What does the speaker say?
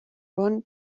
one